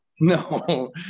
no